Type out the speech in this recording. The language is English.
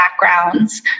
backgrounds